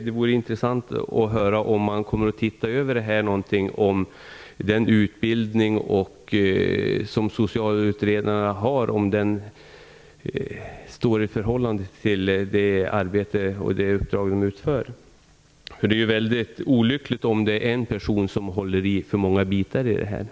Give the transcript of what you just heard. Det vore intressant att höra om man kommer att se över den utbildning socialutredarna har och om den står i förhållande till det uppdrag de skall utföra. Det är ju olyckligt om en person får ha för många av dessa roller.